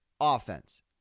offense